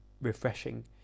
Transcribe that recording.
refreshing